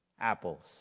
apples